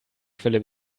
quelle